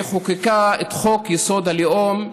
היא חוקקה את חוק-יסוד: הלאום,